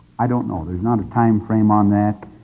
i don't know, there's not a timeframe on that.